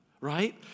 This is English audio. Right